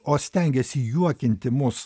o stengiasi juokinti mus